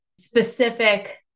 specific